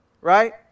right